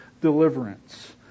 deliverance